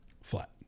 flat